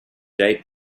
date